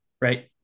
right